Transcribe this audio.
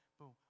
Boom